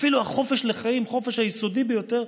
אפילו החופש לחיים, החופש היסודי ביותר,